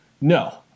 no